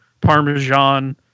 parmesan